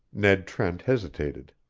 ned trent hesitated.